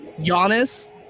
Giannis